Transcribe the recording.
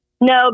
No